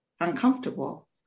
uncomfortable